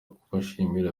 kubashimira